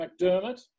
McDermott